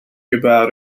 about